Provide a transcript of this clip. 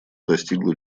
достигло